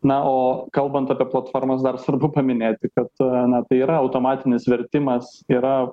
na o kalbant apie platformas dar svarbu paminėti kad na tai yra automatinis vertimas yra